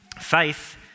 Faith